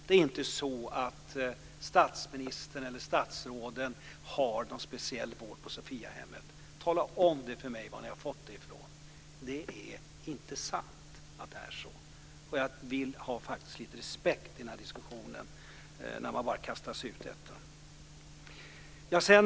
Det är inte så att statsministern eller statsråden har någon speciell vård på Sophiahemmet. Tala om för mig var ni har fått det ifrån! Det är inte sant att det skulle vara så. Jag vill faktiskt ha lite respekt i den här diskussionen!